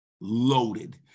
loaded